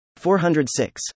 406